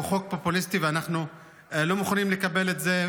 הוא חוק פופוליסטי ואנחנו לא מוכנים לקבל את זה,